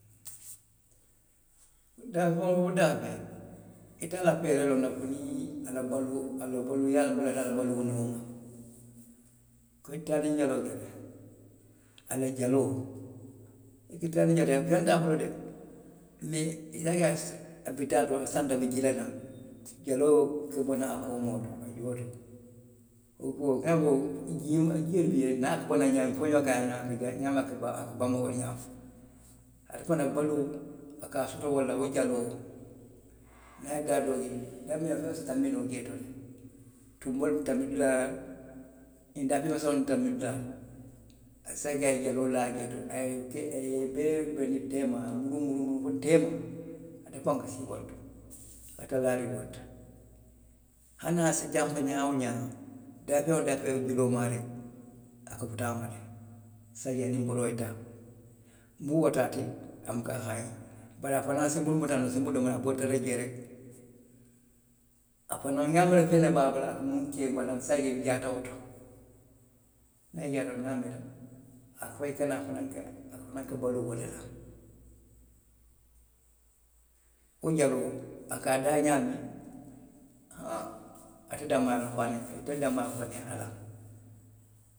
Daafeŋ woo daafeŋ. ite a la feeree loŋ na fo niŋ a la baluu, a la ňaa bulata a kono. Nko i ye taaliŋ jaloo je le, a la jaloo. feŋ te a kono de, meei niŋ i ye a je i bitaa to santo a be jii la naŋ, jaloo ka bo naŋ a koomoo le to, a juo to, wo kuo, fenkoo, jio le bi a a naa ko bonaŋ ňaamiŋ, foňoo ka a nŋa a miira a ka baŋ wo le ňaama. Ate fanaŋ na baluo, a ka soto wo le la, wo jaloo le la niŋ a ye dulaa doo je. dulaa miŋ ye a loŋ ko feŋ si tanbi noo jee to. tuboolu la tanbi dulaa. feŋ mesendiŋolu tanbi dulaa. i sea je a jaloo laa jee to. a ye, a ye i bee benndi teema, a ye i muruw muruw fo teema. ate faŋo ka sii wo le to. A ye tara laariŋ wo to. hani a si janfa ňaa woo ňaa. feŋ woo feŋ ye juloo maa reki. a ka futa a ma le. A se a je aniŋ boroo ye taa; muŋ warata a ti, a muka haaňi. bari a fanaŋ si muŋ muta noo. a si munnu domo noo, a be wolu tara la jee reki, a fanaŋ i se a je wolu jaata wo to. niŋ i jaata fo a meeta, fanaŋ ka baluu wolu le la wo jaloo, a ka a daa ňaamiŋ, haa, ate danmaŋ loŋ fo, ala, itelu danmaa loŋ fo aniŋ ala.